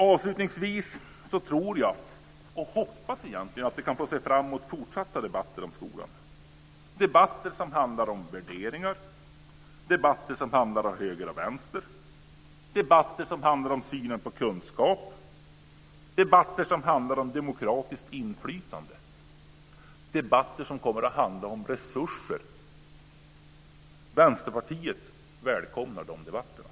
Avslutningsvis hoppas jag att få se fram emot fortsatta debatter om skolan - debatter som handlar om värderingar, debatter som handlar om höger och vänster, debatter som handlar om synen på kunskap, debatter som handlar om demokratiskt inflytande och debatter som handlar om resurser. Vänsterpartiet välkomnar de debatterna.